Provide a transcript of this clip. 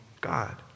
God